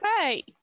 Hey